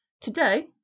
today